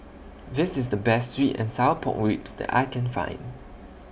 This IS The Best Sweet and Sour Pork Ribs that I Can Find